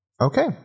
Okay